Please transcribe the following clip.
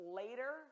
later